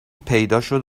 پیداشد